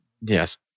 Yes